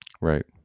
Right